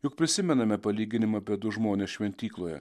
juk prisimename palyginimą apie du žmones šventykloje